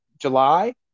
July